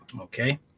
Okay